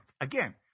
again